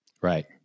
Right